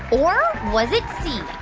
or was it c,